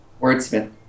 Wordsmith